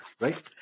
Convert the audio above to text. Right